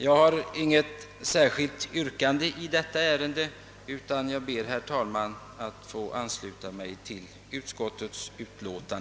Jag har inget särskilt yrkande i detta ärende, utan jag ber, herr talman, att få ansluta mig till utskottets hemställan.